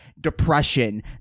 depression